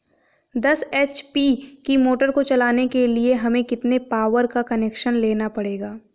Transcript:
दस एच.पी की मोटर को चलाने के लिए हमें कितने पावर का कनेक्शन लेना पड़ेगा?